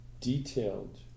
detailed